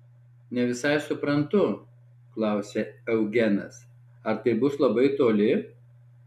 ne visai suprantu klausė eugenas ar tai bus labai toli